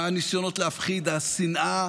הניסיונות להפחיד, השנאה